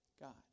God